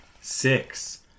Six